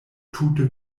tute